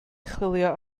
chwilio